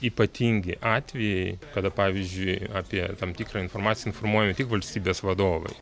ypatingi atvejai kada pavyzdžiui apie tam tikrą informaciją informuoju tik valstybės vadovai